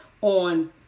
on